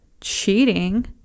cheating